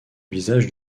visage